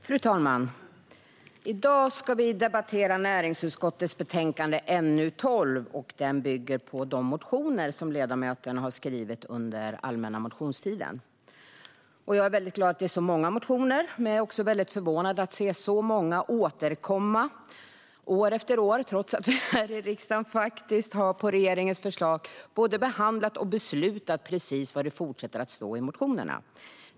Fru talman! I dag ska vi debattera näringsutskottets betänkande NU12 som bygger på de motioner ledamöterna har skrivit under allmänna motionstiden. Jag är väldigt glad över att motionerna är så många, men jag är också väldigt förvånad över att se så många återkomma år efter år trots att vi här i riksdagen redan på regeringens förslag har både behandlat och beslutat precis vad som fortsatt tas upp i motionerna.